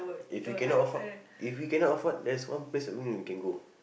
if we cannot afford if we cannot afford there's one place that I know we can go